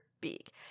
beak